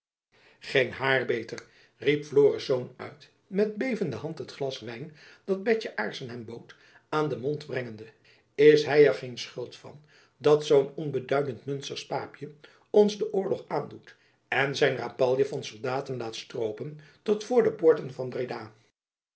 geen hair beter riep florisz uit met bevende hand het glas wijn dat betjen aarssen hem bood aan den mond brengende is hy er geen schuld van dat zoo'n onbeduidend munstersch paapjen ons den oorlog aandoet en zijn rapalje van soldaten laat stroopen tot voor de poorten van breda